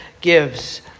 gives